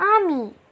army